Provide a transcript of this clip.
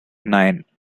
nine